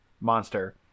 monster